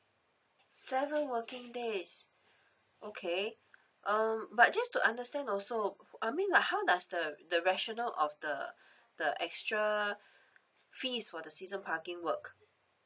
seven working days okay um but just to understand also I mean like how does the the rationale of the the extra fees for the season parking work